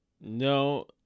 No